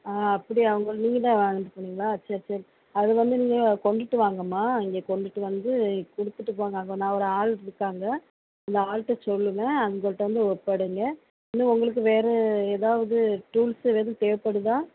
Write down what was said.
ஆ அப்படியா உங்கள் நீங்கள்தான் வாங்கிட்டு போனிங்களா சரி சரி அது வந்து நீங்கள் கொண்டுட்டு வாங்கம்மா நீங்கள் கொண்டுட்டு வந்து கொடுத்துட்டு போங்க அங்கே நான் ஒரு ஆள் இருக்காங்க அந்த ஆள்கிட்ட சொல்லுங்க அவங்கள்கிட்ட ஒப்படைங்க இல்லை உங்களுக்கு வேறு ஏதாவது டூல்ஸ்ஸு ஏதும் தேவைப்படுதா